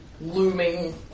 looming